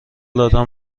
دادم